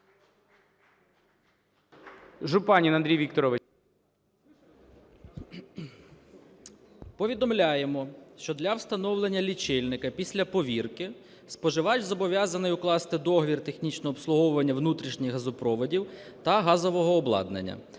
Жупанин Андрій Вікторович.